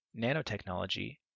nanotechnology